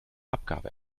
abgabe